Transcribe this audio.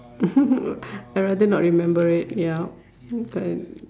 I rather not remember it yup okay